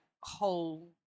whole